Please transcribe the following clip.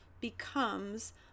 becomes